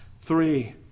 three